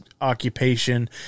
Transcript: occupation